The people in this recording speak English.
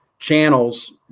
Channels